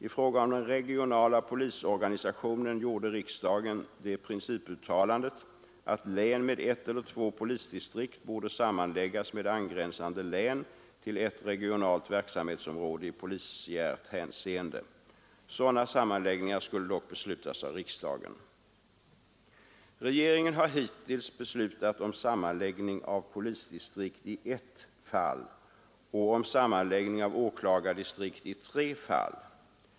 I fråga om den regionala polisorganisationen gjorde riksdagen det principuttalandet att län med ett eller två polisdistrikt borde sammanläggas med angränsande län till ett regionalt verksamhetsområde i polisiärt hänseende. Sådana sammanläggningar skulle dock beslutas av riksdagen. Regeringen har hittills beslutat om sammanläggning av polisdistrikt i ett fall och om sammanläggning av åklagardistrikt i tre fall.